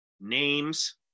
names